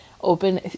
Open